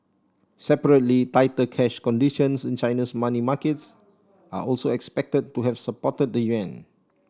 separately tighter cash conditions in China's money markets are also expected to have supported the yuan